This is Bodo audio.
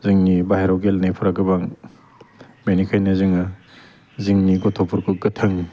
जोंनि बाहेराव गेलेनायफ्रा गोबां बेनिखायनो जोङो जोंनि गथ'फोरखौ गोथों